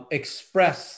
express